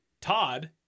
Todd